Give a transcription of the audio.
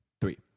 three